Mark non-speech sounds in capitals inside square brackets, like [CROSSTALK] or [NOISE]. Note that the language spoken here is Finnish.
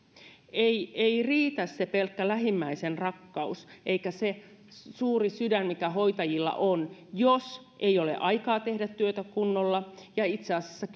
ei ei riitä se pelkkä lähimmäisenrakkaus eikä se suuri sydän mikä hoitajilla on jos ei ole aikaa tehdä työtä kunnolla ja itse asiassa [UNINTELLIGIBLE]